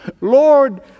Lord